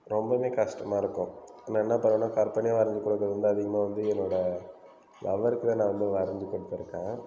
ரொம்பவே கஷ்டமாக இருக்கும் நான் என்ன பண்ணுவன்னா கற்பனையாக வரைஞ்சு கொடுக்குறது வந்து அதிகமாக வந்து என்னோட லவ்வருக்கு தான் நான் வந்து வரைஞ்சு கொடுத்துருக்கேன்